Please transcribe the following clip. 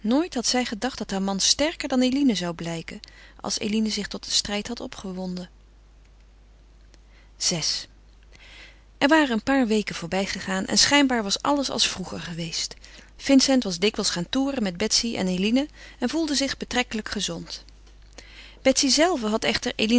nooit had zij gedacht dat haar man sterker dan eline zou blijken als eline zich tot een strijd had opgewonden vi er waren een paar weken voorbij gegaan en schijnbaar was alles als vroeger geweest vincent was dikwijls gaan toeren met betsy en eline en voelde zich betrekkelijk gezond betsy zelve had echter